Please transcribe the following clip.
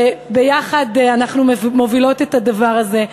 שביחד אנחנו מובילות את הדבר הזה,